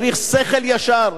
צריך שכל ישר,